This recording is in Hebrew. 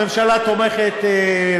הממשלה תומכת,